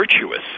virtuous